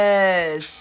Yes